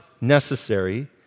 necessary